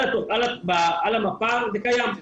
על המפה זה קיים.